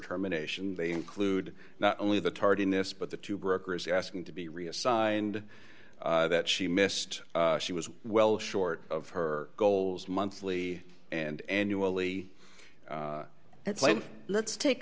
terminations they include not only the tardiness but the two brokers asking to be reassigned that she missed she was well short of her goals monthly and annually at length let's take